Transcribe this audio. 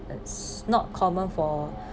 it's not common for